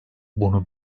bunu